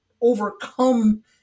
overcome